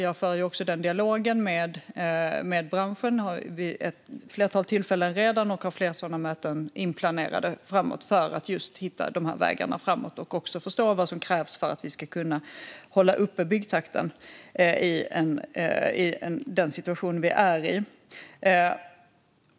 Jag för också en dialog med branschen. Vi har fört den vid ett flertal tillfällen redan, och vi har flera sådana möten inplanerade framöver - just för att hitta vägarna framåt och för att förstå vad som krävs för att vi ska kunna hålla uppe byggtakten i den situation vi är i.